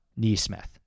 Neesmith